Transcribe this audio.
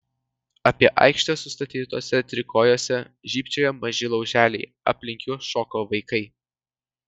apie aikštę sustatytuose trikojuose žybčiojo maži lauželiai aplink juos šoko vaikai